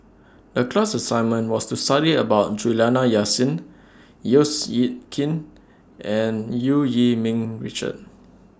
The class assignment was to study about Juliana Yasin Seow Yit Kin and EU Yee Ming Richard